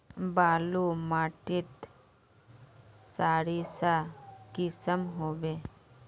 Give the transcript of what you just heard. बालू माटित सारीसा कुंसम होबे?